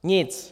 Nic.